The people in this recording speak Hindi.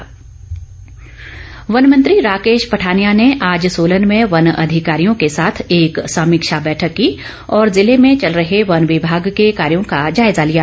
राकेश पठानिया वन मंत्री राकेश पठानिया ने आज सोलन में वन अधिकारियों के साथ एक समीक्षा बैठक की और जिले में चल रहे वन विभाग के कार्यों का जायजा लिया